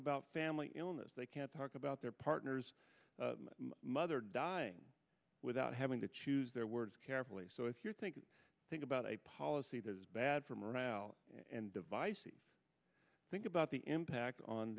about family illness they can't talk about their partner's mother dying without having to choose their words carefully so if you're thinking think about a policy that is bad for morale and device think about the impact on